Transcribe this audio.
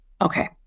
Okay